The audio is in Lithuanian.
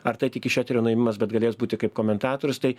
ar tai tik iš eterio nuėmimas bet galės būti kaip komentatorius tai